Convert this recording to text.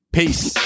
Peace